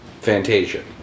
Fantasia